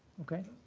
okay?